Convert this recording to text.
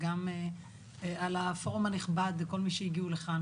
גם על הפורום הנכבד וכל מי שהגיעו לכאן,